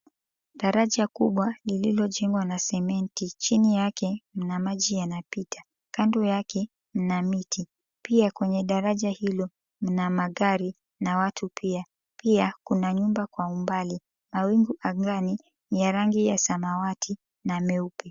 Daraja kubwa lililojengwa na sementi. Chini yake mna maji yanapita, kando yake mna miti. Pia kwenye daraja hilo na magari na watu pia. Pia kuna nyumba kwa umbali. Mawingu angani ni ya rangi ya samawati na meupe.